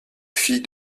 fille